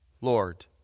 Lord